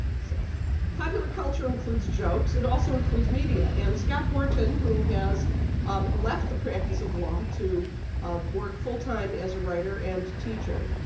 so popular culture includes jokes. it also includes media. and scott horton who has left the practice of law to work full-time as a writer and teacher,